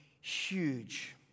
huge